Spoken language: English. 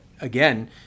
again